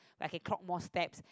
I can clock more steps